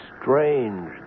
strange